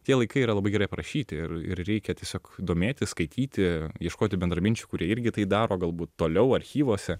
tie laikai yra labai gerai aprašyti ir ir reikia tiesiog domėtis skaityti ieškoti bendraminčių kurie irgi tai daro galbūt toliau archyvuose